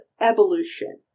evolution